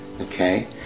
okay